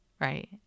right